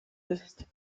ist